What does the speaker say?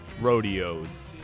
Rodeos